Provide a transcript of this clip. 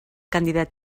candidat